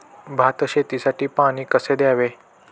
भात शेतीसाठी पाणी कसे द्यावे?